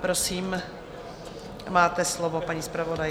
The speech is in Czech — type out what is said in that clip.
Prosím, máte slovo, paní zpravodajko.